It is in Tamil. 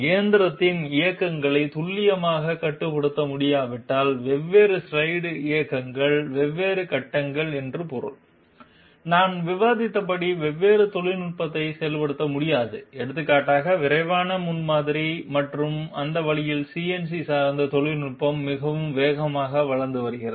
இயந்திரத்தின் இயக்கங்களை துல்லியமாக கட்டுப்படுத்த முடியாவிட்டால் வெவ்வேறு ஸ்லைடுகள் இயக்கங்கள் வெவ்வேறு கட்டங்கள் என்று பொருள் நான் விவாதித்தபடி வெவ்வேறு தொழில்நுட்பத்தை செயல்படுத்த முடியாது எடுத்துக்காட்டாக விரைவான முன்மாதிரி மற்றும் அந்த வழியில் CNC சார்ந்த தொழில்நுட்பம் மிக வேகமாக வளர்ந்து வருகிறது